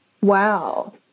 Wow